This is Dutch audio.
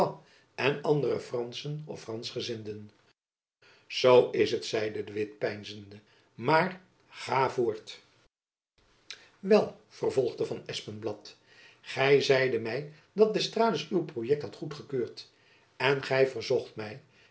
en andere franschen of fransgezinden jacob van lennep elizabeth musch zoo is het zeide de witt peinzende maar ga voort wel vervolgde van espenblad gy zeidet my dat d'estrades uw projekt had goedgekeurd en gy verzocht my